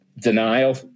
denial